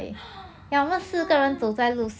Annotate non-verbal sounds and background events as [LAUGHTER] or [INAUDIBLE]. [NOISE] oh no